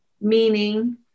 meaning